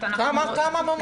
כמה מאומתים?